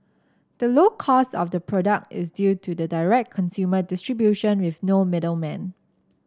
the low cost of the product is due to the direct consumer distribution with no middlemen